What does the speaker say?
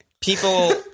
people